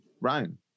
Ryan